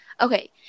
Okay